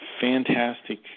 fantastic